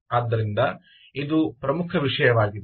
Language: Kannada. ಆದ್ದರಿಂದ ಇವು ಪ್ರಮುಖ ವಿಷಯವಾಗಿವೆ